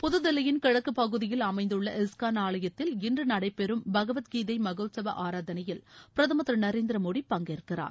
புதுதில்லியின் கிழக்கு கைலாஷ் பகுதியில் அமைந்துள்ள இஸ்கான் ஆலயத்தில் இன்று நடைபெறும் பகவத் கீதை மகோத்சவ ஆராதனையில் பிரதமர் திரு நநேரந்திர மோடி பங்கேற்கிறார்